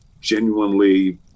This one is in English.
genuinely